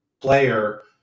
player